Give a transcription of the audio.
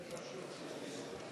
לא נתקבלה.